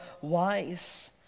wise